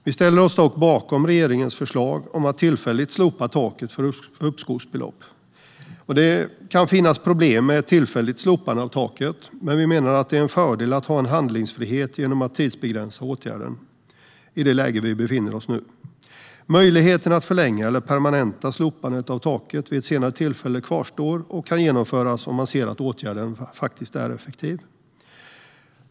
Vi ställer oss dock bakom regeringens förslag om att tillfälligt slopa taket för uppskovsbelopp. Det kan finnas problem med ett tillfälligt slopande av taket, men vi menar att det är en fördel att ha handlingsfrihet genom att tidsbegränsa åtgärden i det läge vi befinner oss i nu. Möjligheten att förlänga eller permanenta slopandet av taket vid ett senare tillfälle kvarstår och kan genomföras om man ser att åtgärden faktiskt är effektiv.